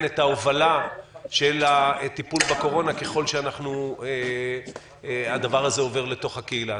את ההובלה של הטיפול בקורונה ככל שהדבר הזה עובר אל תוך הקהילה.